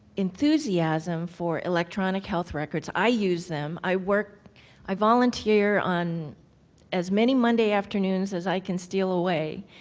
enthusiasm for electronic health records. i use them. i work i volunteer, on as many monday afternoons as i can steal away,